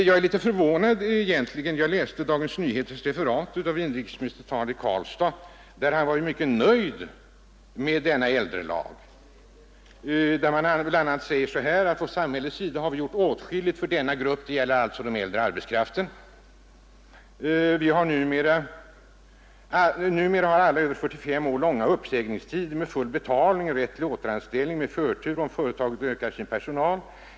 Jag är litet förvånad över referatet i Dagens Nyheter av inrikesministerns tal i Karlstad, enligt vilket han var mycket nöjd med ”äldrelagen”. Det heter där bl.a.: ”Från samhällets sida har vi gjort åtskilligt för denna grupp,” — det gäller den äldre arbetskraften — ”bl a har ju numera alla över 45 år långa uppsägningstider med full betalning och rätt till återanställning med förtur om företaget ökar sin personal.